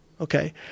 Okay